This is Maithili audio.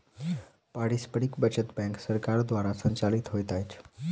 पारस्परिक बचत बैंक सरकार द्वारा संचालित होइत अछि